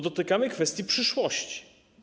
Dotykamy kwestii przyszłości.